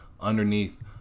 underneath